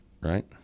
right